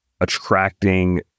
attracting